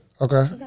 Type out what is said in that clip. okay